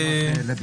לא.